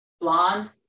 blonde